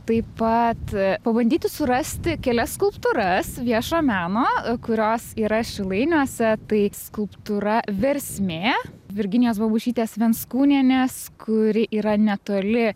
taip pat pabandyti surasti kelias skulptūras viešo meno kurios yra šilainiuose tai skulptūra versmė virginijos babušytės venckūnienės kuri yra netoli